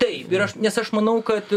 taip ir aš nes aš manau kad